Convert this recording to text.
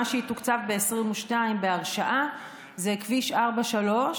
מה שיתוקצב ב-2022 בהרשאה זה כביש 437